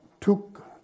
took